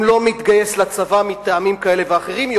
אם הוא לא מתגייס לצבא מטעמים כאלה ואחרים,